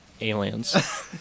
Aliens